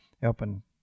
helping